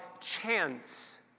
chance